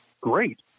great